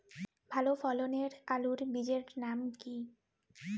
ভালো ফলনের আলুর বীজের নাম কি?